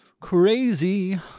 Crazy